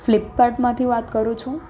ફ્લિપકાર્ટમાંથી વાત કરો છો